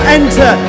enter